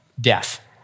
death